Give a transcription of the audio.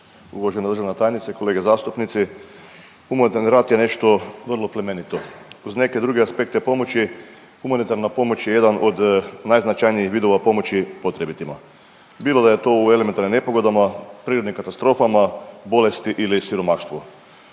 Uvažena državna tajnice, kolege zastupnici. Humanitarni rad je nešto vrlo plemenito, kroz neke druge aspekte pomoći humanitarna pomoć je jedan od najznačajnijih vidova pomoći potrebitima, bilo da je to u elementarnim nepogodama, prirodnim katastrofama, bolesti ili siromaštvu.